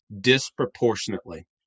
disproportionately